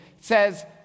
says